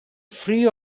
free